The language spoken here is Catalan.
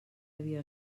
havia